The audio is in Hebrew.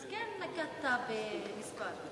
אז כן נקבת במספר.